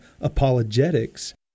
apologetics